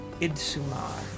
Idsumar